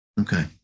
Okay